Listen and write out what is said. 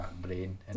brain